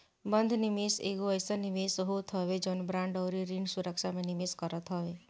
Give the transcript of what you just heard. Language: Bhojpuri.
बंध निवेश एगो अइसन निवेश होत हवे जवन बांड अउरी ऋण सुरक्षा में निवेश करत हवे